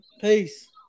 Peace